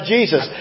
Jesus